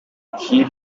kiir